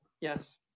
yes